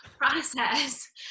process